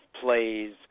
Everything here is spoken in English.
plays